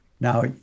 Now